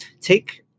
take